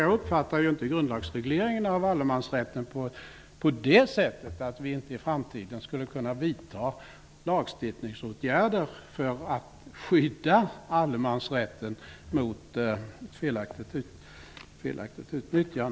Jag uppfattar inte grundlagsregleringen av allemansrätten så, att vi i framtiden inte skulle kunna vidta lagstiftningsåtgärder för att trygga allemansrätten mot felaktigt utnyttjande. Fru talman!